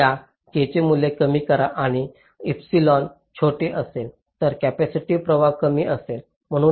तर या k चे मूल्य कमी करा हे एपिसिल छोटे असेल तर कॅपेसिटिव्ह प्रभाव कमी असेल